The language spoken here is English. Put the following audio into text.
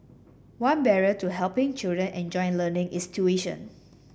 one barrier to helping children enjoy learning is tuition